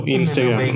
Instagram